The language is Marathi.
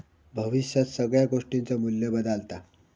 भविष्यात सगळ्या गोष्टींचा मू्ल्य बदालता